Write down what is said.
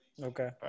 Okay